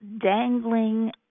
dangling